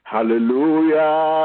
Hallelujah